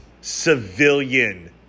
civilian